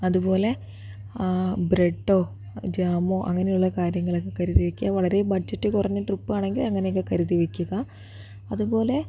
അതുപോലെ ബ്രെഡോ ജാമോ അങ്ങനെയുള്ള കാര്യങ്ങളൊക്കെ കരുതി വെയ്ക്കുക വളരെ ബഡ്ജറ്റ് കുറഞ്ഞ ട്രിപ്പാണെങ്കിൽ അങ്ങനെ കരുതി വെയ്ക്കുക അതുപോലെ